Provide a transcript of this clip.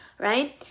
right